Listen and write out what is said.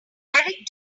eric